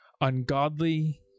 ungodly